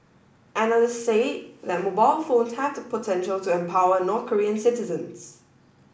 analysts say that mobile phone have the potential to empower North Korean citizens